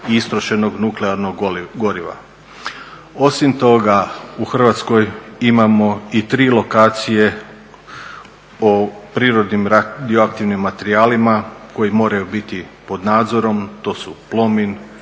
i istrošenog nuklearnog goriva. Osim toga u Hrvatskoj imamo i tri lokacije s prirodnim radioaktivnim materijalima koji moraju biti pod nadzorom, to su Plomin,